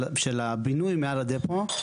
של הבינוי מעל הדפו,